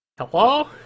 Hello